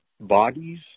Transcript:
bodies